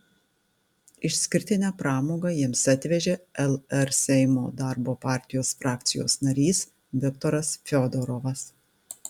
išskirtinę pramogą jiems atvežė lr seimo darbo partijos frakcijos narys viktoras fiodorovas